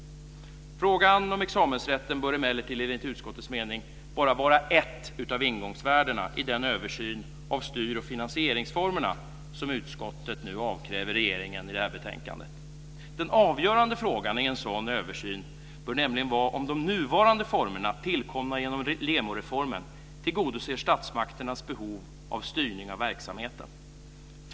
Frågan om examensrätten bör emellertid enligt utskottets mening bara vara ett av ingångsvärdena i den översyn av styr och finansieringsformerna som utskottet nu avkräver regeringen i detta betänkande. Den avgörande frågan i en sådan översyn bör nämligen vara om de nuvarande formerna - tillkomna genom LEMO-reformen - tillgodoser statsmakternas behov av styrning av verksamheten.